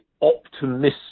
optimistic